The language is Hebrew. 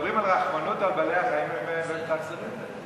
אבל מדברים על רחמנות על בעלי-החיים ומתאכזרים אליהם.